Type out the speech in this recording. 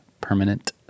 permanent